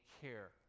care